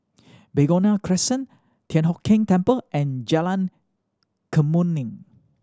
Begonia Crescent Thian Hock Keng Temple and Jalan Kemuning